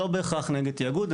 לא בהכרח נגד תיאגוד,